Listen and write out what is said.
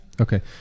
Okay